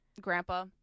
grandpa